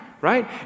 right